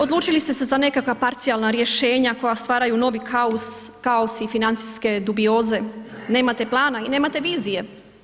Odlučili ste se za nekakva parcijalna rješenja koja stvaraju novi kaos i financijske dubioze, nemate plana i nemate vizije.